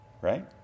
right